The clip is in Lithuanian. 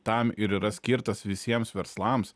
tam ir yra skirtas visiems verslams